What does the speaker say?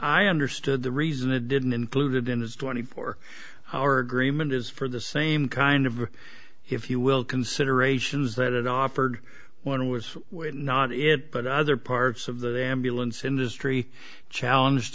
i understood the reason it didn't included in the twenty four hour agreement is for the same kind of if you will considerations that it offered one was not it but other parts of the ambulance industry challenged